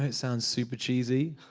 um sounds super cheesy,